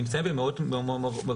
נמצאים במקומות מאוד רחוקים,